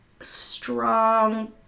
strong